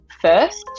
first